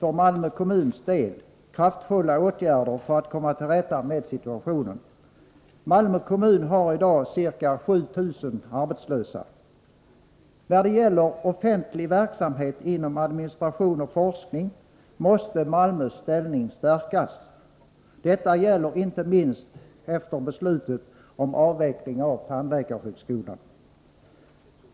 Det är en sammanvägning av personalpolitiska, ekonomiska, administrativa, lokalmässiga men också sysselsättningsmässiga och regionala skäl som har varit avgörande för valet av lokaliseringsort. Efter Martin Olssons inlägg vill jag bara för kammarens protokoll ange tre siffror som belyser sysselsättningsläget på de olika orter som har diskuterats för lokalisering.